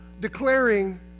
declaring